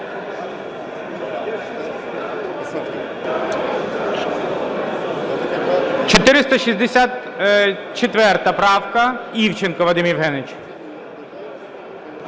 464 правка. Івченко Вадим Євгенович.